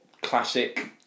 classic